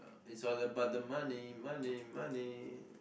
is all about the money money money